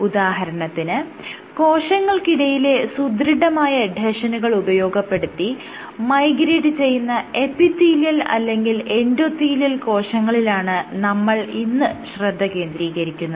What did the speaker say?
ഉദാഹരണത്തിന് കോശങ്ങൾക്കിടയിലെ സുദൃഢമായ എഡ്ഹെഷനുകൾ ഉപയോഗപ്പെടുത്തി മൈഗ്രേറ്റ് ചെയ്യുന്ന എപ്പിത്തീലിയൽ അല്ലെങ്കിൽ എൻഡോത്തീലിയൽ കോശങ്ങളിലാണ് നമ്മൾ ഇന്ന് ശ്രദ്ധ കേന്ദ്രീകരിക്കുന്നത്